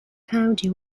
county